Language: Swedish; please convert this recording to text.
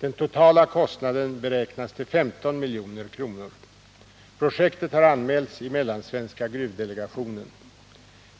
Den totala kostnaden beräknas till 15 milj.kr. Projektet har anmälts i mellansvenska gruvdelegationen.